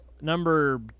number